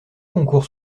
concours